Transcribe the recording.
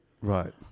Right